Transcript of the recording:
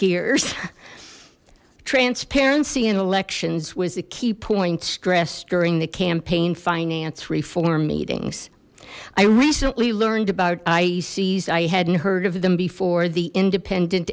gears transparency in elections was a key point stress during the campaign finance reform meetings i recently learned about ie sees i hadn't heard of them before the independent